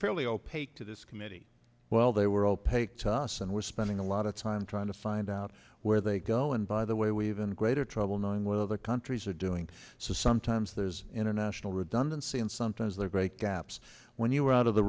fairly opaque to this committee well they were opaque to us and we're spending a lot of time trying to find out where they go and by the way we even greater trouble knowing where the countries are doing so sometimes there's international redundancy and sometimes they break gaps when you're out of the